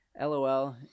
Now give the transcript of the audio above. LOL